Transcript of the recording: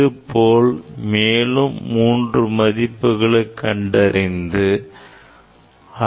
இது போல் மேலும் மூன்று பதிப்புகளைக் கண்டறிந்து கொள்ள வேண்டும்